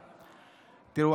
תראו,